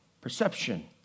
perception